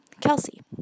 Kelsey